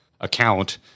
account